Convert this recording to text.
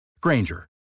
Granger